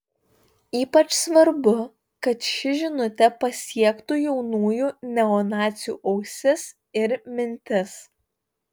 ypač svarbu kad ši žinutė pasiektų jaunųjų neonacių ausis ir mintis